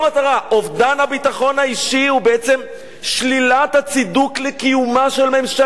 אובדן הביטחון האישי הוא בעצם שלילת הצידוק לקיומה של ממשלה,